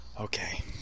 Okay